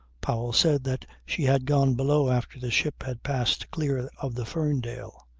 powell said that she had gone below after the ship had passed clear of the ferndale.